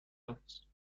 office